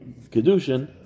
Kedushin